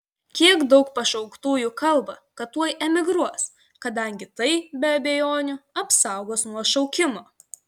kiek daug pašauktųjų kalba kad tuoj emigruos kadangi tai be abejonių apsaugos nuo šaukimo